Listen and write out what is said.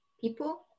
people